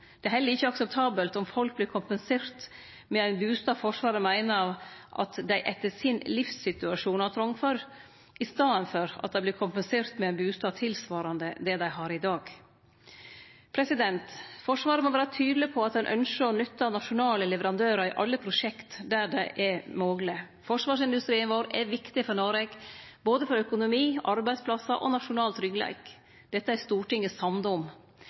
Det er heller ikkje akseptabelt om folk vert kompensert med ein bustad Forsvaret meiner at «dei etter sin livssituasjon har trong for», i staden for at dei vert kompensert med ein bustad tilsvarande det dei har i dag. Forsvaret må vere tydeleg på at ein ønskjer å nytte nasjonale leverandørar i alle prosjekt der det er mogleg. Forsvarsindustrien vår er viktig for Noreg, både for økonomi, arbeidsplassar og nasjonal tryggleik. Dette er Stortinget samde om.